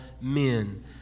men